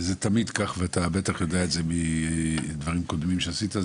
זה תמיד כך ואתה בטח יודע את זה מדברים קודמים שעשית,